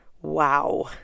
wow